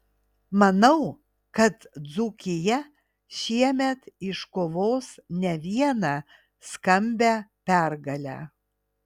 manau kad dzūkija šiemet iškovos ne vieną skambią pergalę